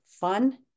fun